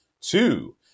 Two